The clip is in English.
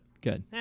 good